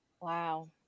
Wow